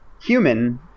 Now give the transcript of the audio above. human